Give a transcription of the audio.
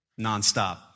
Nonstop